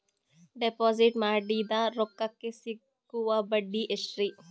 Deposit ಮಾಡಿದ ರೊಕ್ಕಕೆ ಸಿಗುವ ಬಡ್ಡಿ ಎಷ್ಟ್ರೀ?